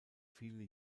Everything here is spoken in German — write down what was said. viele